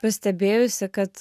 pastebėjusi kad